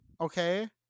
Okay